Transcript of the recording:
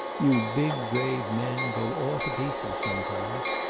you big, grave men go all to pieces, sometimes.